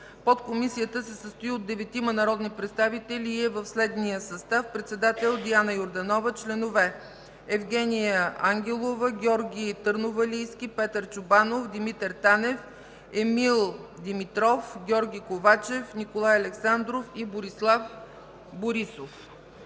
Подкомисията се състои от 9-тима народни представители и е в следния състав: председател – Диана Йорданова; членове – Евгения Ангелова, Георги Търновалийски, Петър Чобанов, Димитър Танев, Емил Димитров, Георги Ковачев, Николай Александров и Борислав Борисов.